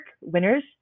winners